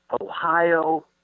Ohio